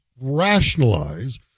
rationalize